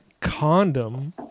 condom